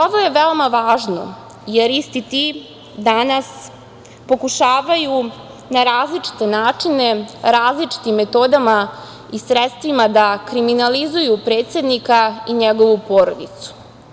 Ovo je veoma važno, jer isti ti danas pokušavaju na različite načine, različitim metodama i sredstvima da kriminalizuju predsednika i njegovu porodicu.